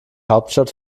hauptstadt